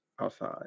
outside